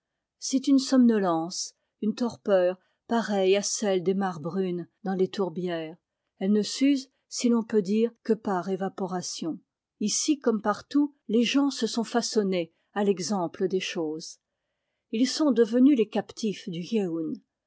c'est une somnolence une torpeur pareille à celle des mares brunes dans les tourbières elle ne s'use si l'on peut dire que par évaporation ici comme partout les gens se sont façonnés à l'exemple des choses ils sont devenus les captifs du